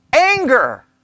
anger